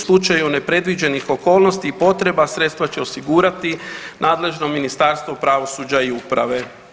U slučaju nepredviđenih okolnosti i potreba sredstva će osigurati nadležno Ministarstvo pravosuđa i uprave.